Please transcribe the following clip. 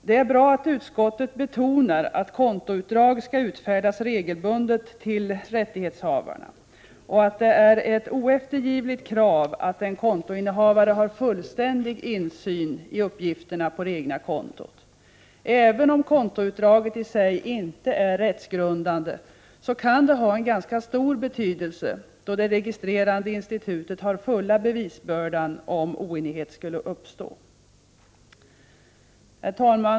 Det är bra att utskottet betonar att kontoutdrag skall utfärdas regelbundet till rättighetshavarna och att det är ett oeftergivligt krav att en kontoinnehavare har fullständig insyn i uppgifterna på det egna kontot. Även om kontoutdraget i sig inte är rättsgrundande, kan det ha en ganska stor betydelse då det registrerande institutet har fulla bevisbördan om oenighet skulle uppstå. Herr talman!